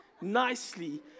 nicely